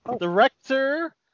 Director